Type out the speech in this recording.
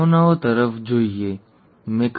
આ અનિવાર્યપણે આ પ્રકારના અલગીકરણનું પરિણામ છે